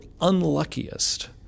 unluckiest